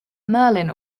merlin